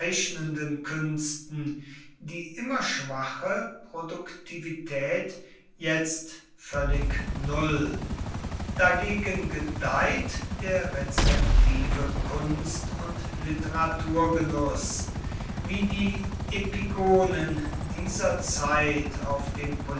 künsten die immer schwache produktivität jetzt völlig null dagegen gedeiht der rezeptive kunst und literaturgenuß wie die epigonen dieser zeit auf dem